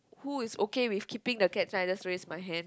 who is okay with keeping the cat then i just raise my hand